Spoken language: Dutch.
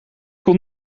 kon